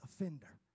offender